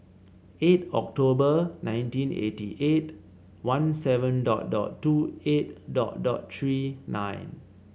eight October nineteen eighty eight one seven dot dot two eight dot dot Three nine